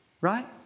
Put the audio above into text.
right